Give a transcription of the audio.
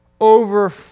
Over